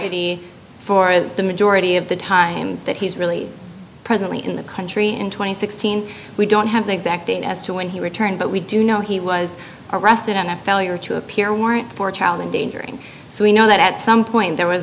ready for the majority of the time that he's really presently in the country in two thousand and sixteen we don't have the exact date as to when he returned but we do know he was arrested on a failure to appear warrant for child endangering so we know that at some point there was